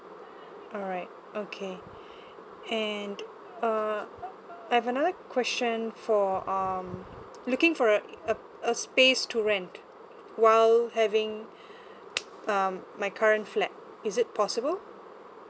alright okay and uh I have another question for um looking for a uh a space to rent whill having um my current flat is it possible